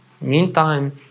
meantime